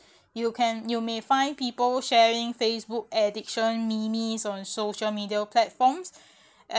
you can you may find people sharing facebook addiction memes on social medial platforms